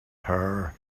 her